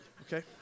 okay